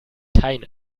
kein